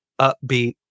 upbeat